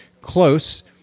close